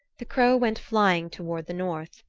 the crow went flying toward the north,